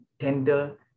tender